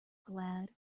glad